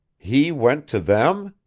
he went to them?